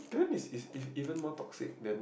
is is is even more toxic than